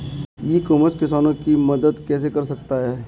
ई commerce किसानों की मदद कैसे कर सकता है?